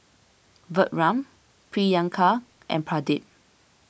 Vikram Priyanka and Pradip